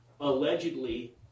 allegedly